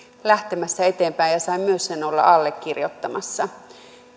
lähtemässä eteenpäin ja sain myös sen olla allekirjoittamassa